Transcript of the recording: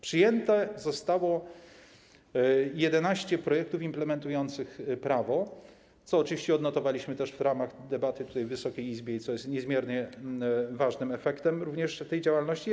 Przyjęto 11 projektów implementujących prawo, co oczywiście odnotowaliśmy też w ramach debaty tutaj, w Wysokiej Izbie, i co jest również niezmiernie ważnym efektem tej działalności.